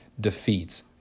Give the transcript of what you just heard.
defeats